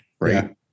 right